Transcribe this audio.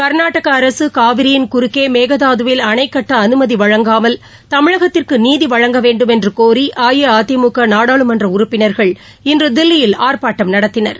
கர்நாடக அரசு காவிரியின் குறுக்கே மேகதாதுவில் அணைக்கட்ட அனுமதி வழங்காமல் தமிழகத்திற்கு நீதி வழங்க வேண்டும் என்று கோரி அஇஅதிமுக நாடாளுமன்ற உறுப்பினர்கள் இன்று தில்லியில் ஆர்ப்பாட்டம் நடத்தினர்